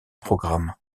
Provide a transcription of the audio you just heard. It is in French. programme